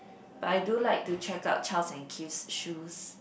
but I do like to check out Charles and Keith shoes